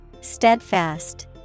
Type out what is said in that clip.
Steadfast